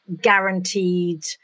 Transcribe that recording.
guaranteed